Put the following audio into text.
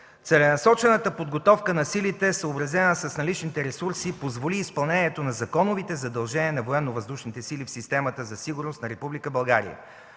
„Целенасочената подготовка на силите е съобразена с наличните ресурси и позволи изпълнението на законовите задължения на Военновъздушните сили в системата за сигурност на